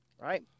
right